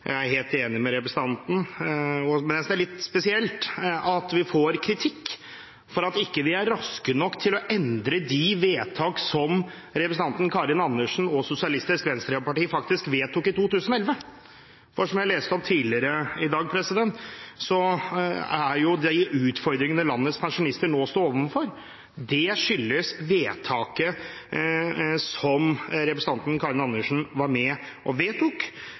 Jeg er helt enig med representanten, men jeg synes det er litt spesielt at vi får kritikk for at ikke vi er raske nok når det gjelder å endre de vedtak som representanten Karin Andersen og SV gjorde i 2011. Som jeg leste opp tidligere i dag, skyldes de utfordringene landets pensjonister nå står overfor, vedtaket som representanten Karin Andersen var med og